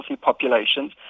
populations